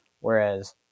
whereas